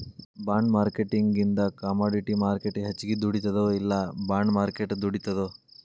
ಬಾಂಡ್ಮಾರ್ಕೆಟಿಂಗಿಂದಾ commodity market ಹೆಚ್ಗಿ ದುಡಿತದೊ ಇಲ್ಲಾ ಬಾಂಡ್ ಮಾರ್ಕೆಟ್ ದುಡಿತದೊ?